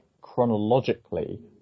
chronologically